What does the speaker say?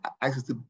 access